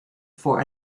for